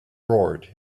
roared